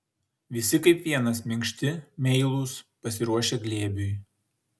visi kaip vienas minkšti meilūs pasiruošę glėbiui